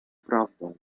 prawdą